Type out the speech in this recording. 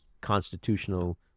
constitutional